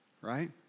right